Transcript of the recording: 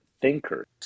thinkers